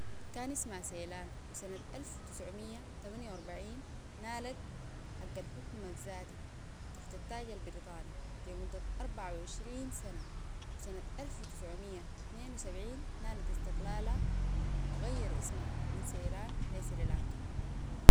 كان اسمها سايلان وسنة الف وتسعميه تمنيه واربعين نالت حق الحكم الذاتي تحت التاج البريطاني لمدة اربعه وعشرين سنة وسنة الف تسعميه اتنين وسبعين نالت استقلالها وغيروا اسمها من سايلان لسريلانكا